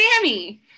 Sammy